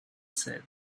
said